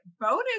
bonus